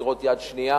דירות יד שנייה,